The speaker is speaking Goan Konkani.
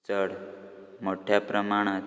चड मोठ्ठ्या प्रमाणांत